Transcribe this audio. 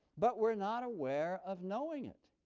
but we're not aware of knowing it.